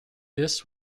this